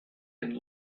and